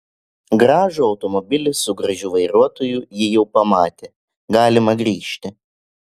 gražų automobilį su gražiu vairuotoju ji jau pamatė galima grįžti